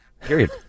Period